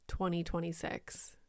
2026